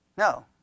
No